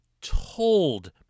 told